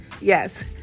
Yes